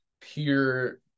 pure